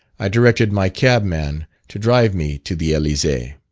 i directed my cabman to drive me to the elysee.